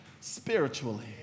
spiritually